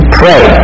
pray